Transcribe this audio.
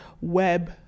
web